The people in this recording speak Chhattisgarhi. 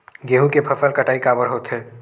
गेहूं के फसल कटाई काबर होथे?